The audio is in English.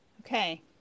okay